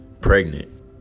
pregnant